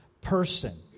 person